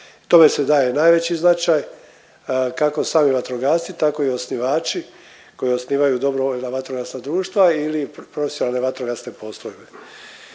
Tome se daje najveći značaj, kako sami vatrogasci, tako i osnivači koji osnivaju DVD-ove ili profesionalne vatrogasne postrojbe.